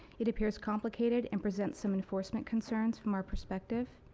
it appears complicated and presents some enforcement concerns from our perk speckive.